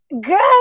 Good